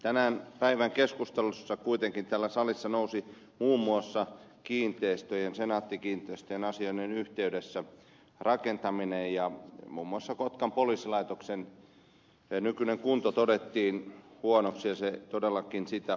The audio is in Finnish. tänään päivän keskustelussa kuitenkin täällä salissa nousi esiin muun muassa senaatti kiinteistöjen asian yhteydessä rakentaminen ja muun muassa kotkan poliisilaitoksen nykyinen kunto todettiin huonoksi ja se todellakin sitä on